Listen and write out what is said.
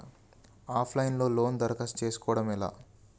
Of line లో loan దరఖాస్తు చేసుకోవడం ఎలా?